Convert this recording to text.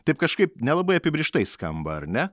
taip kažkaip nelabai apibrėžtai skamba ar ne